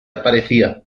aparecía